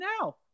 now